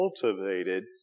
cultivated